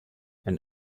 and